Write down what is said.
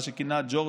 מה שכינה ג'ורג'